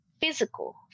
physical